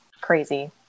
crazy